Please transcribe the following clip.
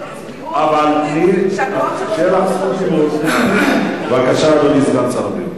אבל אי-אפשר, כשהכוח אצלו בתור יושב-ראש